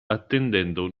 attendendo